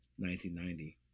1990